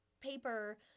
paper